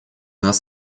нас